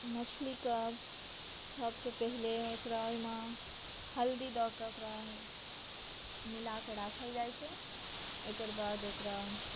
मछलीकेँ सभसँ पहिने ओकरा ओहिमे हल्दी दऽ कऽ ओकरा मिला कऽ राखल जाइत छै एकर बाद ओकरा